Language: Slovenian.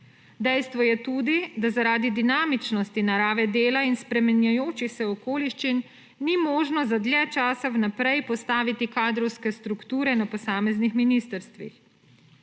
Dejstvo je tudi, da zaradi dinamičnosti narave dela in spreminjajočih se okoliščin ni možno za dlje časa vnaprej postaviti kadrovske strukture na posameznih ministrstvih.